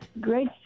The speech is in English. great